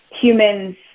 humans